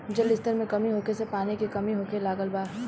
जल स्तर में कमी होखे से पानी के कमी होखे लागल बा